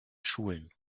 schulen